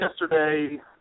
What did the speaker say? yesterday